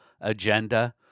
agenda